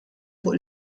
fuq